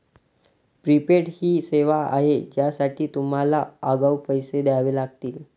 prepaid ही सेवा आहे ज्यासाठी तुम्हाला आगाऊ पैसे द्यावे लागतील